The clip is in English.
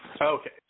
Okay